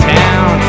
town